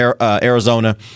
Arizona